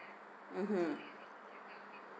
mmhmm